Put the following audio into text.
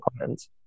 comments